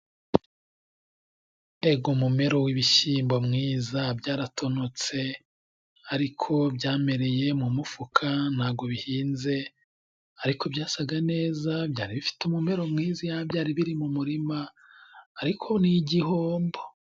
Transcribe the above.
Ego mumero wibishyimbo mwiza! Byaratonotse ariko byamereye mu mufuka ntago bihinze, ariko byasaga neza byari bifite umumero mwiza, iyaba byari biri mu murima! Ariko n'igihombo.